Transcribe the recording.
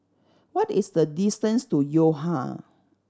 what is the distance to Yo Ha